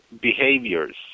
behaviors